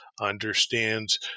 understands